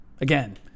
Again